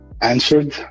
answered